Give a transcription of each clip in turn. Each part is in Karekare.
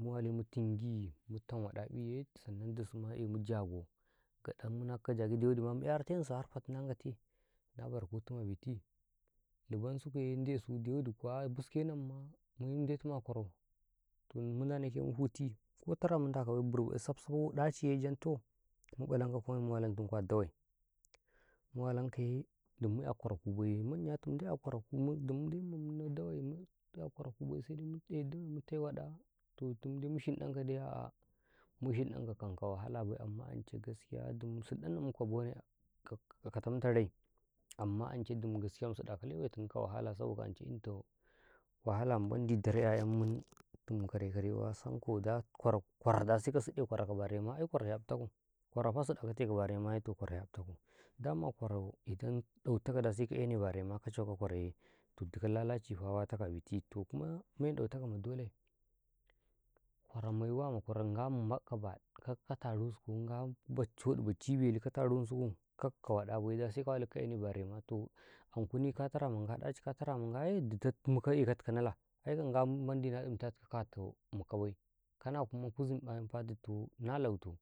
﻿Mu wali mu tingi mutam wada'iye sannan dusu kuma emo jagau gaɗam munakaw ka jagauye dawadi ma mu kyarentensu har fati na ngwate na bara kutumu a biti lubansukuye ndesu dawadi kuw biske namu mu ndetimu a kwara mu ndanekaye mu huti ko tara mu ndaka bai burbaɗi saf safye ɗanchijanye toh mu ƃalankaw kwame mu walam tumkum a dawe mu walankaye mu kyako kwara kwaraku dimun dai mamu na dawe mu kyako kwara kubai seda mutai waɗa toh dim dai mu shinɗankaw dai mu shinɗankaw ka wahala bai amma ance dim jire siɗanna muku ka bone 'yam ka tanta rai amma ance dimum mu sidɗakaw lewe timum ka wahala saboka ance intaw wahala mamandi darkye 'yam muntum dase ka siɗe kwaro ka barema ai kwaro yabtoko kwarofa siɗate ka baremaye toh kwaro yabtoko daman kwaro indai ɗautakaw seka ene barema ka caukaw kwaroye toh diko lokacifa watako abiti toh kuma me ɗautakaw ma dole kwao maiwama kwaro ngwama nƃamka baɗu ka taru suko ngwa bacoɗi baciɗelu katarin suku kakka waɗa bai dase ka walikaw ka ene barema toh ankuni ka tara mna ngwa ɗachi ka tarama ngwaye diko mukaw ekawtikaw na laa ai ka ngwa mandi na ɗintakaw kataw mukaw bai kana kuma kuzum ƃamfa ditoh na lauto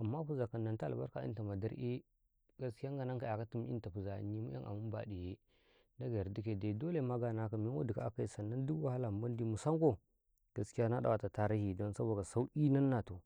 amma fizaukam nantaw albarka cinta ma darkye jire ngwanankaw kyakatin amu cinta ma darƙyeye mu 'yam amun baɗuye Ndage yardikaye dole ma gana mewadi ka akai sanna dik wahala mamandi musanko jire na ɗawato tarihi dan saboda sauki na nanna to.